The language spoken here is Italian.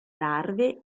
larve